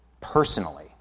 personally